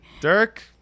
Dirk